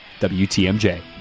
WTMJ